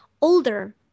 older